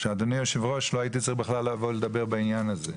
שאדוני היושב ראש לא הייתי בכלל צריך לבוא ולדבר בעניין הזה.